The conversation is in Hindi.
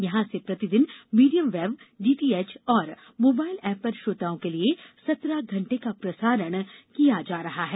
यहां से प्रतिदिन मीडियम वेव डीटीएच और मोबाइल एप पर श्रोताओं के लिए सत्रह घण्टे का प्रसारण किया जा रहा है